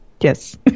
Yes